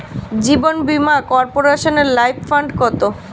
জীবন বীমা কর্পোরেশনের life fund কত?